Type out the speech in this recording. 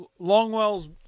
longwell's